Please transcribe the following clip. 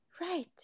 right